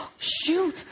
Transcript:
Shoot